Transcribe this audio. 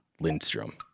Lindstrom